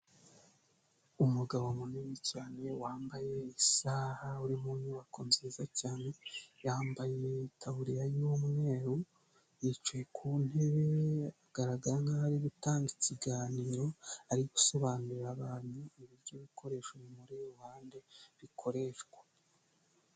Umugabo munini cyane wambaye isaaha uri mu nyubako nziza cyane, yambaye itaburiya y'umweru yicaye ku ntebe agaragara nkaho ari gutanga ikiganiro ari gusobanurira abantu uburyo ibikoresho bimuri iruhande bikoreshwa.